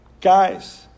Guys